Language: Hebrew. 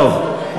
טוב,